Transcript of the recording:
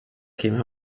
came